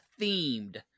themed